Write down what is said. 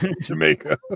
Jamaica